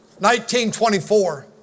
1924